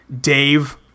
dave